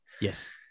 Yes